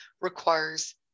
requires